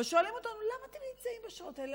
אבל שואלים אותנו: למה אתם נמצאים בשעות האלה?